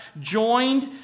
joined